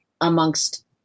amongst